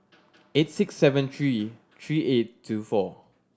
eight six seven three three eight two four